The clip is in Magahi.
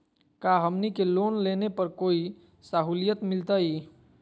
का हमनी के लोन लेने पर कोई साहुलियत मिलतइ?